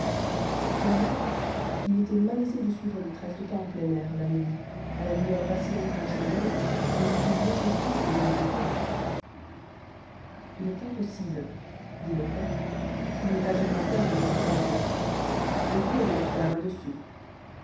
seulement il était malaisé de suivre des traces de pas en plein air la nuit à la lueur vacillante d'une chandelle que le plus léger souffle devait éteindre il est impossible dit lecoq qu'il n'y ait pas une lanterne dans cette masure le tout est de mettre la main dessus